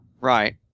Right